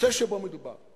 הנושא שבו מדובר,